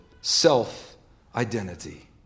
self-identity